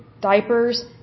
diapers